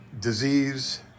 disease